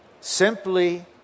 simply